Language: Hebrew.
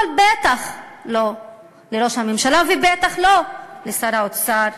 אבל בטח לא לראש הממשלה ובטח לא לשר האוצר.